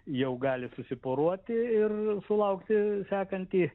jau gali susiporuoti ir sulaukti sekantį